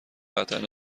قطعا